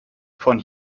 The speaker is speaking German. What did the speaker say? von